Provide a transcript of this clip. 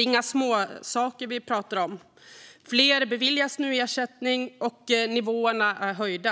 inga småsaker vi pratar om. Fler beviljas nu ersättning, och nivåerna är höjda.